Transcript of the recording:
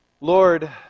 Lord